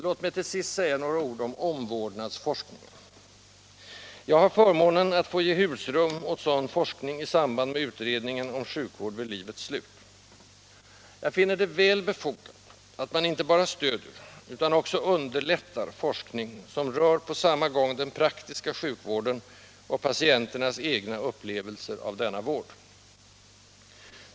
Låt mig till sist säga några ord om omvårdnadsforskningen. Jag har förmånen att få ge husrum åt sådan forskning i samband med utredningen om sjukvård vid livets slut. Jag finner det väl befogat att man inte bara stöder utan också underlättar forskning som rör på samma gång den praktiska sjukvården och patientens egen upplevelse av denna vård.